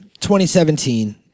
2017